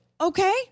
Okay